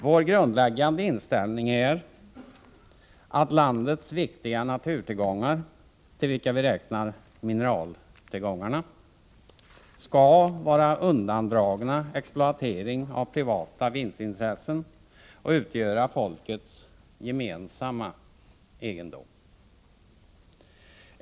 Vår grundläggande inställning är att landets viktiga naturtillgångar, till vilka vi räknar mineraltillgångarna, skall vara undandragna exploatering av privata vinstintressen och utgöra folkets gemensamma egendom.